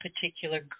particular